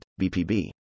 BPB